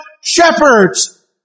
shepherds